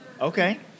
okay